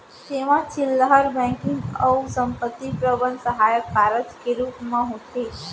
जेमा चिल्लहर बेंकिंग अउ संपत्ति प्रबंधन सहायक कारज के रूप म होथे